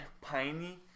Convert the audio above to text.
piney